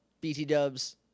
BT-dubs